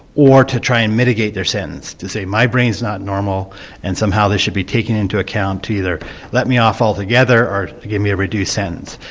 or to try and mitigate their sentence, to say my brain's not normal and somehow this should be taken into account to either let me off altogether or give me a reduced sentence.